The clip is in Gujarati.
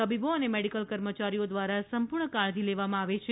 તબીબો અને મેડીકલ કર્મચારીઓ દ્વારા સંપૂર્ણ કાળજી લેવામાં આવે છે